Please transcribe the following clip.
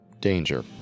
danger